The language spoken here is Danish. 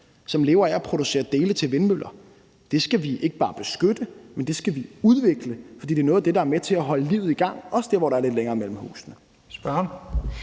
hvor man producerer dele til vindmøller. Det skal vi ikke bare beskytte, men det skal vi udvikle, fordi det er noget af det, der er med til at holde livet i gang, også der, hvor der er lidt længere mellem husene.